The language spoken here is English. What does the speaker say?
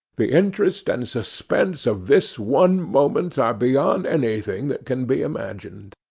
the interest and suspense of this one moment are beyond anything that can be imagined